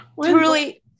Truly